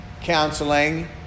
counseling